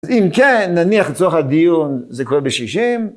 אז אם כן, נניח לצורך הדיון זה קורה ב-60?